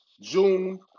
June